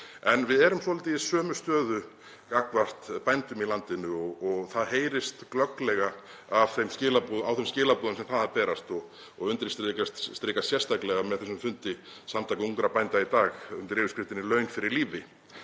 En við erum svolítið í sömu stöðu gagnvart bændum í landinu. Það heyrist glögglega á þeim skilaboðum sem þaðan berast og undirstrikast sérstaklega með þessum fundi Samtaka ungra bænda í dag undir yfirskriftinni Laun fyrir lífi.